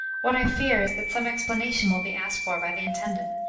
what i fear is, that some explanation will be asked for by the intendant,